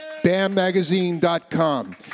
bammagazine.com